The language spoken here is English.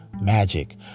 magic